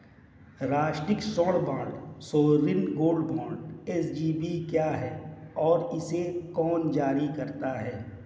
राष्ट्रिक स्वर्ण bond sovereign gold bond SGB क्या है और इसे कौन जारी करता है?